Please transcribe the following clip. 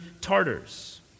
Tartars